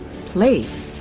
play